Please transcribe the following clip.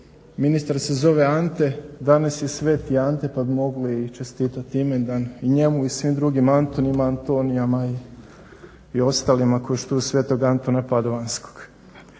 ministar se zove Ante, danas je sveti Ante pa bi mogli i čestitati imendan njemu i svim drugim Antonima, Antonijama i ostalima koji štuju Sv. Antuna Padovanskog.